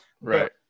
right